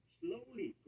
slowly